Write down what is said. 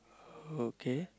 okay